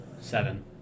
seven